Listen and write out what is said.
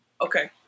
Okay